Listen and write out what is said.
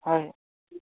হয়